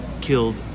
Killed